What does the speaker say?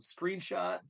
screenshot